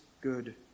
good